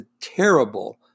terrible